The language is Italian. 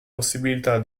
possibilità